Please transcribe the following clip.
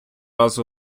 раз